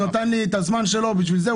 הוא נתן לי את הזמן שלו בשביל זה,